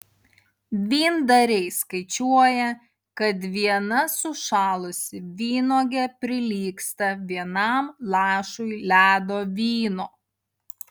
vyndariai skaičiuoja kad viena sušalusi vynuogė prilygsta vienam lašui ledo vyno